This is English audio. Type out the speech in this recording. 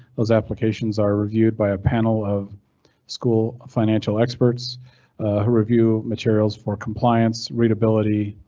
those applications are reviewed by a panel of school financial experts who review materials for compliance readability.